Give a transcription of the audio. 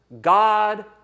God